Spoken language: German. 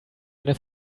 eine